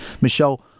Michelle